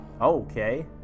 Okay